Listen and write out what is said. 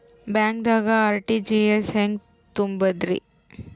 ಬ್ಯಾಂಕ್ದಾಗ ಆರ್.ಟಿ.ಜಿ.ಎಸ್ ಹೆಂಗ್ ತುಂಬಧ್ರಿ?